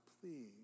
please